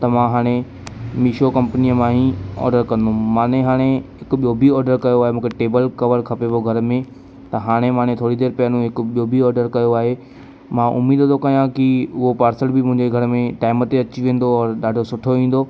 त मां हाणे मिशो कंपनीअ मां ई ऑडर कंदुमि माने हाणे हिकु ॿियों बि ऑडर कयो आहे मूंखे टेबल कवर खपे पियो घर में त हाणे माने थोरी देरि पहिरों हिकु ॿियों बि ऑडर कयो आहे मां उमेद थो कयां कि उहो पार्सल बि मुंहिंजे घर में टाइम ते अची वेंदो और ॾाढो सुठो ईंदो